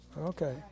Okay